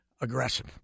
aggressive